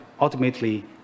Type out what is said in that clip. ultimately